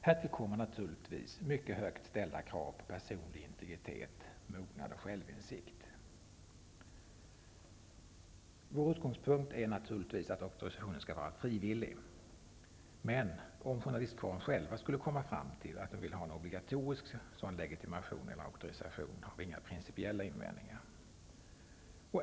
Härtill kommer naturligtvis mycket högt ställda krav på personlig integritet, mognad och självinsikt. Vår utgångspunkt är naturligtvis att auktorisationen skall vara frivillig. Men om journalistkåren själv kommer fram till att man vill ha en obligatorisk auktorisation, har vi inga principiella invändingar.